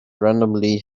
randomly